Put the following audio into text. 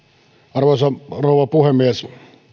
arvoisa rouva puhemies